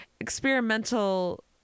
experimental